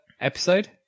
episode